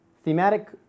Thematic